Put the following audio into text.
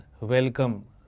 welcome